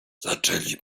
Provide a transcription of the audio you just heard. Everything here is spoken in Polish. zaczęli